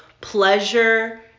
pleasure